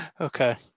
Okay